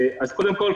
קודם כל,